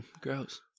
gross